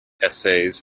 essays